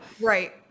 right